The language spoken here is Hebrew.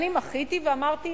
אני מחיתי ואמרתי: